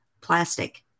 plastic